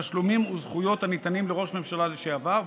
תשלומים וזכויות הניתנים לראש ממשלה לשעבר,